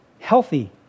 healthy